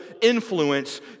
influence